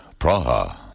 Praha